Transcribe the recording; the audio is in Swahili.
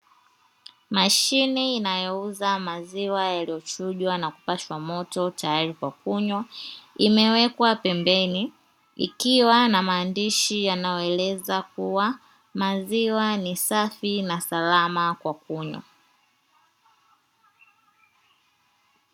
Machine inayouza maziwa yaliyochujwa na kupaswa moto tayari kwa kunywa, imewekwa pembe ikiwa na maandishi yanyoeleza kuwa, maziwa ni safi na salama kwa kunywa.